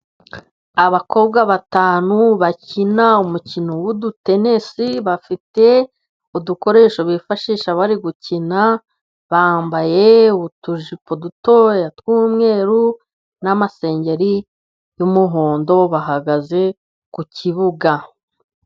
Abakobwa batanu bakina umukino w'utudenesi, bafite udukoresho bifashisha bari gukina. Bambaye utujipo dutoya tw'umweru, n'amasengeri y'umuhondo bahagaze ku kibuga.